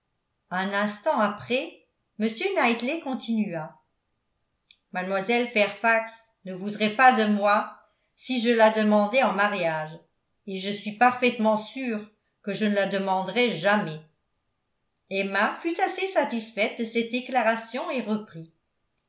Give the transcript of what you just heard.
un instant après m knightley continua mlle fairfax ne voudrait pas de moi si je la demandais en mariage et je suis parfaitement sûr que je ne la demanderai jamais emma fut assez satisfaite de cette déclaration et reprit